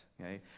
okay